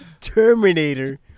Terminator